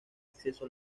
acceso